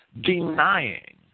denying